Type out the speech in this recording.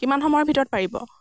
কিমান সময়ৰ ভিতৰত পাৰিব